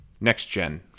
next-gen